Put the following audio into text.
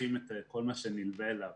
שוכחים את כל מה שנלווה אליו